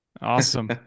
Awesome